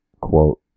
quote